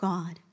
God